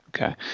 Okay